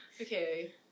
Okay